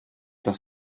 das